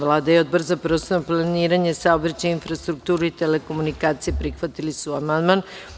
Vlada i Odbor za prostorno planiranje i saobraćaj, infrastrukturu i telekomunikacije prihvatili su amandman.